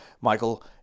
Michael